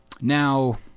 Now